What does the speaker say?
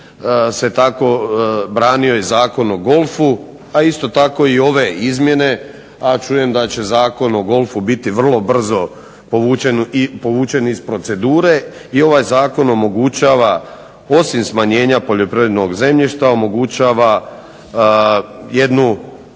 se tako branio i Zakon o golfu, a isto tako i ove izmjene, a čujem da će Zakon o golfu biti vrlo brzo povučen iz procedure. I ovaj zakon omogućava osim smanjenja poljoprivrednog zemljišta omogućava jednu